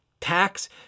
tax